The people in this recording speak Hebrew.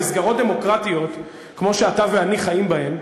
במסגרות דמוקרטיות כמו שאתה ואני חיים בהן,